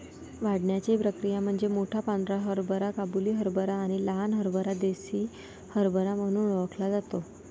वाढण्याची प्रक्रिया म्हणजे मोठा पांढरा हरभरा काबुली हरभरा आणि लहान हरभरा देसी हरभरा म्हणून ओळखला जातो